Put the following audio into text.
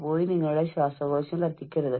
എന്നാൽ അവർ നിങ്ങളോട് ആശയവിനിമയം നടത്തിയേക്കില്ല